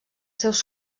seus